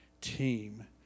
team